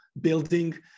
building